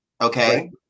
Okay